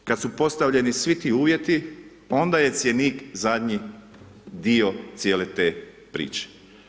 Kad su postavljeni svi ti uvjeti onda je cjenik zadnji dio cijele te priče.